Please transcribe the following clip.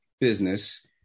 business